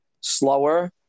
slower